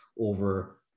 over